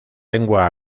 lengua